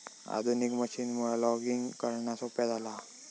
आधुनिक मशीनमुळा लॉगिंग करणा सोप्या झाला हा